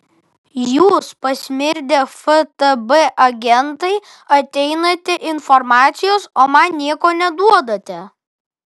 jūs pasmirdę ftb agentai ateinate informacijos o man nieko neduodate